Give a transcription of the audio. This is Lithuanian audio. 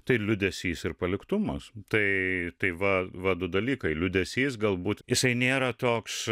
tai liūdesys ir paliktumas tai tai va va du dalykai liūdesys galbūt jisai nėra toks